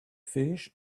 fish